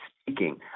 speaking